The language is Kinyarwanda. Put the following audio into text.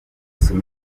sitade